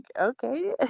okay